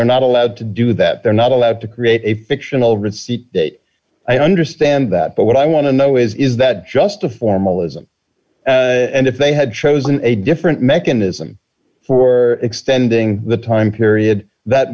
they're not allowed to do that they're not allowed to create a fictional receipt i understand that but what i want to know is is that just a formalism and if they had chosen a different mechanism for extending the time period that